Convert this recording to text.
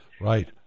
right